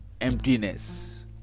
emptiness